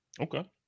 Okay